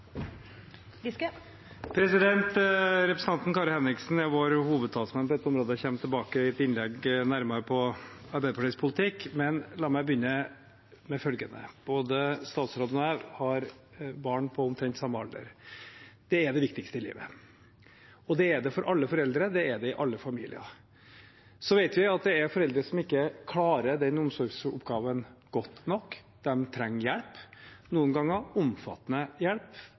institusjonsbarnevernet. Representanten Kari Henriksen er vår hovedtalsmann på dette området og kommer nærmere tilbake med et innlegg om Arbeiderpartiets politikk, men la meg begynne med følgende: Både statsråden og jeg har barn på omtrent samme alder. De er det viktigste i livet. Det er det for alle foreldre, det er det i alle familier. Så vet vi at det er foreldre som ikke klarer omsorgsoppgaven godt nok, de trenger hjelp – noen ganger omfattende hjelp,